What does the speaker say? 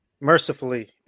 mercifully